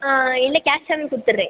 ஆ இல்லை கேஷாகவே கொடுத்துட்றேன்